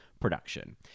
production